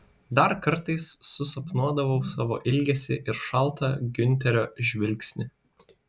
dar kartais susapnuodavau savo ilgesį ir šaltą giunterio žvilgsnį